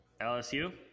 LSU